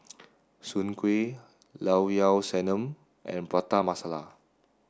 Soon Kuih Llao Llao Sanum and Prata Masala